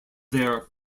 their